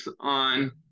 on